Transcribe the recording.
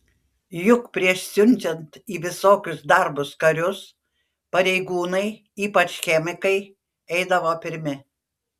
juk prieš siunčiant į visokius darbus karius pareigūnai ypač chemikai eidavo pirmi